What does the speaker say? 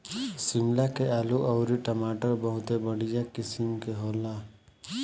शिमला के आलू अउरी टमाटर बहुते बढ़िया किसिम के होला